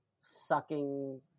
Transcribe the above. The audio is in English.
sucking